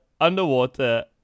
underwater